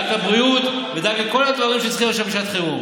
דאגת לבריאות ודאגת לכל הדברים שצריכים עכשיו בשעת חירום.